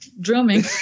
drumming